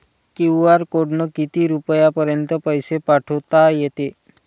QR कोडनं किती रुपयापर्यंत पैसे पाठोता येते?